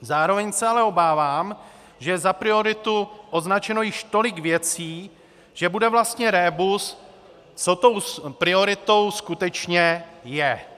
Zároveň se ale obávám, že za prioritu je označeno již tolik věcí, že bude vlastně rébus, co tou prioritou skutečně je.